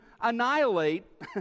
annihilate